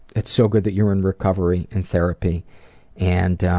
it's so good that you're in recovery and therapy and